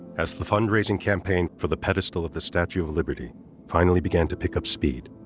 as the fund-raising campaign for the pedestal of the statue of liberty finally began to pick up speed,